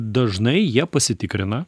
dažnai jie pasitikrina